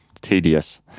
tedious